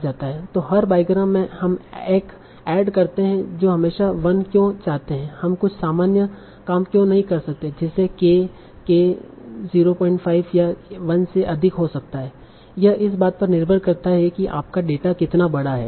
तों हर बाईग्राम में हम एक ऐड करते है तों हमेशा वन क्यों चाहते हैं हम कुछ सामान्य काम क्यों नहीं कर सकते हैं जैसे k k 05 या 1 से अधिक हो सकता है यह इस बात पर निर्भर करता है कि आपका डेटा कितना बड़ा है